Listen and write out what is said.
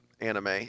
anime